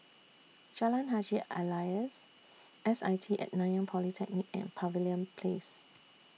Jalan Haji Alias S I T At Nanyang Polytechnic and Pavilion Place